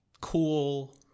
cool